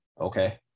okay